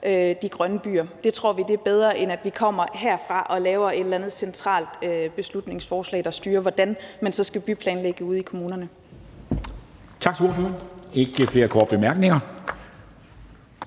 de grønne byer. Det tror vi er bedre, end at vi kommer herfra og laver et eller andet centralt beslutningsforslag, der styrer, hvordan man så skal byplanlægge ude i kommunerne.